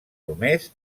només